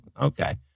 Okay